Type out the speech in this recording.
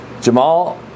Jamal